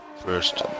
First